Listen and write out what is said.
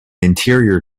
interior